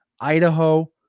Idaho